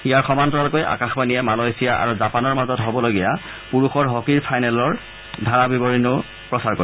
ইয়াৰ সমান্তৰাল কৈ আকাশবাণীয়ে মালয়েছিয়া আৰু জাপানৰ মাজত হ'বলগীয়া পুৰুষৰ হকীৰ ফাইনেলখনৰ ধাৰা বিৱৰণীও প্ৰচাৰ কৰিব